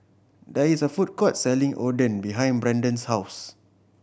there is a food court selling Oden behind Brandan's house